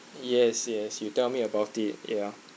yes yes you tell me about it ya